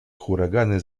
huragany